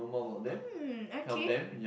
um okay